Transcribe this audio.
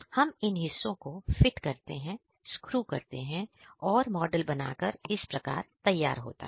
हम इन हिस्सों को फिट करते हैं स्क्रू करते हैं और मॉडल बनकर इस प्रकार तैयार होता है